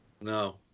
No